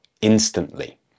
instantly